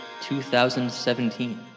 2017